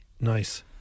Nice